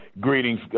Greetings